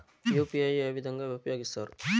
UPI ఏ విధంగా ఉపయోగిస్తారు?